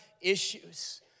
issues